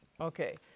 Okay